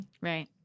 Right